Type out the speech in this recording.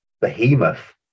behemoth